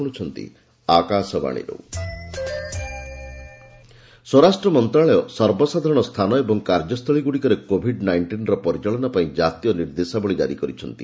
home ministry ସ୍ୱରାଷ୍ଟ୍ର ମନ୍ତ୍ରଣାଳୟ ସର୍ବର୍ବସାଧାରଣ ସ୍ଥାନ ଓ କାର୍ଯ୍ୟସ୍ଥଳୀଗୁଡ଼ିକରେ କୋଭିଡ୍ ନାଇଂଟିନ୍ର ପରିଚାଳନା ପାଇଁ ଜାତୀୟ ନିର୍ଦ୍ଦେଶାବଳୀ ଜାରି କରିଛନ୍ତି